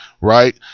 Right